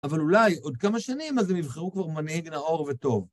אבל אולי עוד כמה שנים אז הם יבחרו כבר מנהיג נאור וטוב.